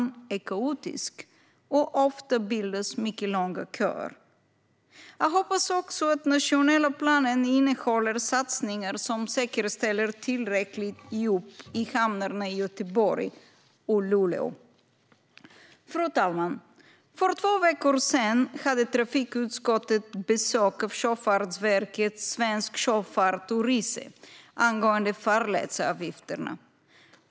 Den är kaotisk, och ofta bildas mycket långa köer. Jag hoppas också att den nationella planen innehåller satsningar som säkerställer tillräckligt djup i hamnarna i Göteborg och Luleå. Fru talman! För två veckor sedan hade trafikutskottet besök av Sjöfartsverket, Svensk Sjöfart och Rise, angående farledsavgifterna.